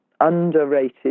underrated